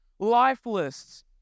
lifeless